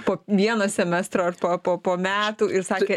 po vieno semestro ar po po po metų ir sakė